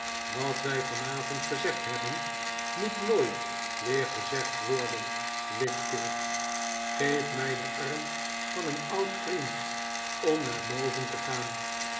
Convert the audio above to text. wat wij vanavond gezegd hebben moet nooit weer gezegd worden wickfield geef mij den arm van een oud vriend om naar boven te gaan